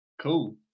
Cool